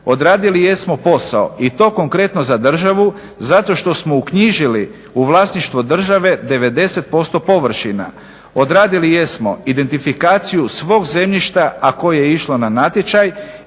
Odradili jesmo posao i to konkretno za državu zato što smo uknjižili u vlasništvo države 90% površina. Odradili jesmo identifikaciju svog zemljišta a koje je išlo na natječaj